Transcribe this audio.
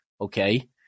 okay